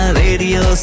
radio